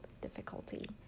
difficulty